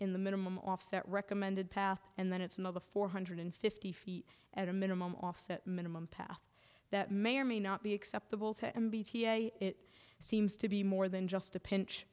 the minimum offset recommended path and then it's another four hundred fifty feet at a minimum offset minimum path that may or may not be acceptable to and bta it seems to be more than just a pinch